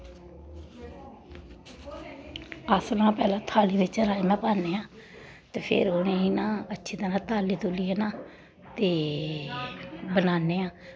अस न पैह्लें थाली बिच्च राजमा पान्ने आं ते फिर उ'नेंगी ना अच्छी तरह् ताल्ली तुल्लियै न ते बनाने आं